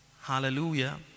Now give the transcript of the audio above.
Hallelujah